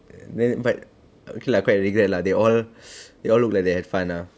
then but okay lah quite regret lah they all they all look like they had fun lah